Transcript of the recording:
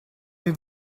est